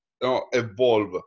Evolve